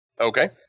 Okay